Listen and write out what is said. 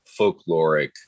folkloric